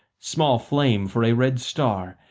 small flame for a red star,